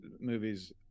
movies